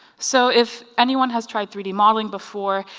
so if anyone has tried three d modeling before,